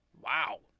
wow